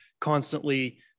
constantly